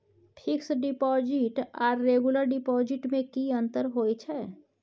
Fix deposit आर regular deposit में की अंतर होय छै?